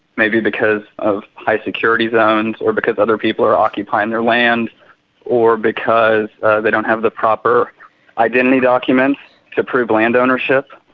maybe because of high security zones or because other people are occupying their land or because they don't have the proper identity documents to prove landownership.